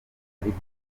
ariko